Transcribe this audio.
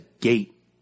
gate